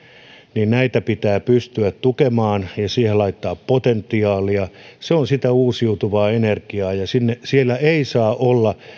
niin näitä pitää pystyä tukemaan ja siihen laittaa potentiaalia se on sitä uusiutuvaa energiaa ja siellä ei saa olla